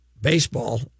baseball